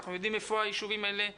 אנחנו יודעים איפה היישובים האלה ממוקמים,